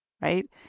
right